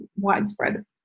widespread